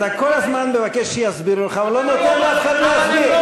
אתה כל הזמן מבקש שיסבירו לך ולא נותן לאף אחד להסביר.